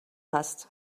hast